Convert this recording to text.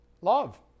Love